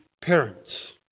parents